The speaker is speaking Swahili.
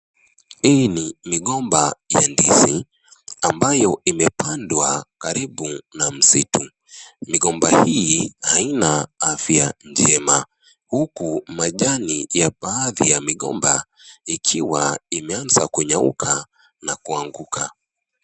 Hii ni migomba ya ndizi ambayo imepandwa karibu na msitu. Migomba hii haina afya njema, huku majani ya baadhi ya migomba ikiwa imeanza kunyauka na kuanguka.